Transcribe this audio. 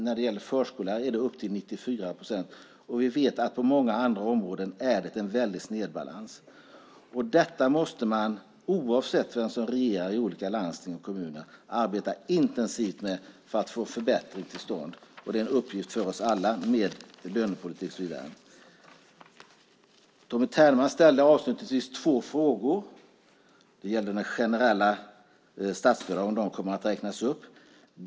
När det gäller förskollärare är det upp till 94 procent, och vi vet att det på många andra områden är en väldig snedbalans. Detta måste man, oavsett vem som regerar i olika landsting och kommuner, arbeta intensivt med för att få till stånd en förbättring. Det är en uppgift att arbeta med för oss alla, med lönepolitik och så vidare. Tommy Ternemar ställde avslutningsvis två frågor. Det gällde de generella statsbidragen, om de kommer att räknas upp.